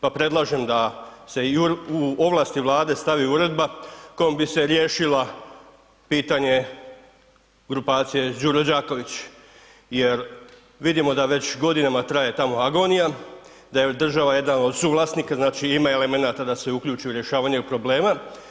Pa predlažem da se u ovlasti Vlade stavi uredba kojom bi se riješila pitanje grupacije Đuro Đaković jer vidimo da već godinama traje ta agonija, da je država jedan od suvlasnika znači ima elemenata da se uključi u rješavanje problema.